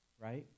Right